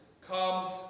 comes